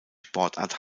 sportart